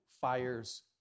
Fires